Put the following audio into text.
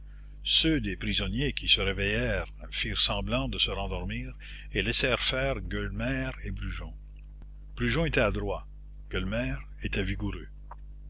ceux des prisonniers qui se réveillèrent firent semblant de se rendormir et laissèrent faire gueulemer et brujon brujon était adroit gueulemer était vigoureux